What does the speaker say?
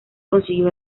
consiguió